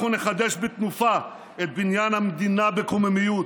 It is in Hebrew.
אנחנו נחדש בתנופה את בניין המדינה בקוממיות,